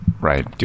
Right